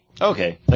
Okay